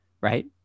right